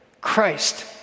Christ